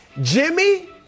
Jimmy